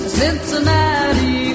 cincinnati